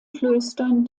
klöstern